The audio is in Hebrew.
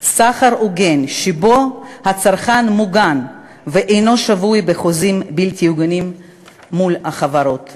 וסחר הוגן שבו הצרכן מוגן ואינו שבוי בחוזים בלתי הוגנים מול החברות.